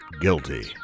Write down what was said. guilty